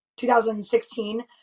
2016